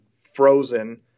frozen